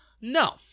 No